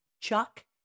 Chuck